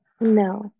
No